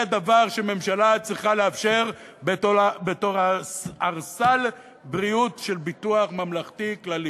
זה הדבר שממשלה צריכה לאפשר בתור ערסל בריאות של ביטוח ממלכתי כללי.